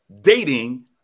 dating